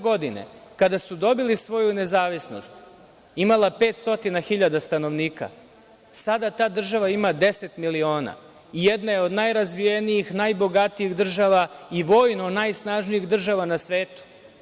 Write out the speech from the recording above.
Godine 1948. kada su dobili svoju nezavisnost imala 500 hiljada stanovnika, sada ta država ima 10 miliona i jedna je od najrazvijenijih, najbogatijih država i vojno najsnažnijih država na svetu.